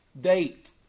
date